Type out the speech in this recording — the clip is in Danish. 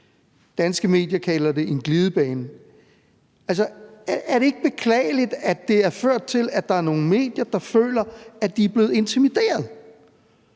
Danske medier kalder det en glidebane. Altså, er det ikke beklageligt, at det har ført til, at der er nogle medier, der føler, at de er blevet intimideret,